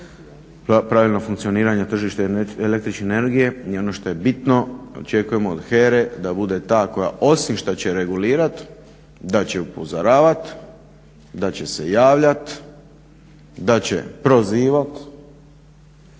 pravilno funkcioniranja tržišta električne energije i ono što je bitno, očekujemo od HERA-e da bude ta koja osim što će regulirat da će upozoravat, da će se javljat, da će prozivat